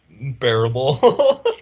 bearable